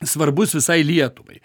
svarbus visai lietuvai